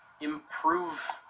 improve